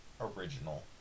original